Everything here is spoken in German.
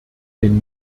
den